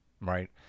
right